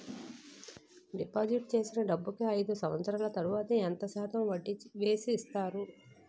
Deposit చేసిన డబ్బుకి అయిదు సంవత్సరాల తర్వాత ఎంత శాతం వడ్డీ వేసి ఇస్తారు?